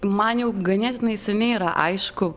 man jau ganėtinai seniai yra aišku